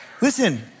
listen